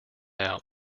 out